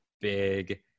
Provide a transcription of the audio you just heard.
big